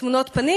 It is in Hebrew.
תמונות פנים,